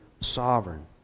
sovereign